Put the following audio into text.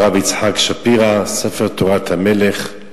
הרב יצחק שפירא, ספר "תורת המלך".